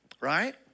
right